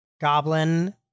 goblin